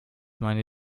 meine